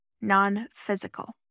non-physical